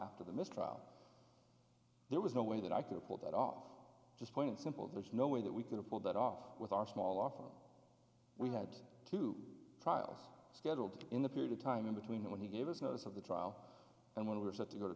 after the mistrial there was no way that i could pull that off just plain and simple there's no way that we can pull that off with our small office we had two trials scheduled in the period of time in between when he gave us notice of the trial and when we were set to go to